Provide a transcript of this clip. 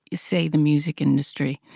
say, the music industry,